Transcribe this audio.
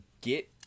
get